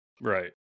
right